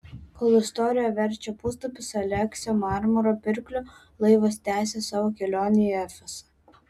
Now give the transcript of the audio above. kol istorija verčia puslapius aleksio marmuro pirklio laivas tęsia savo kelionę į efesą